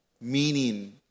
meaning